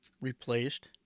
replaced